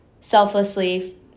selflessly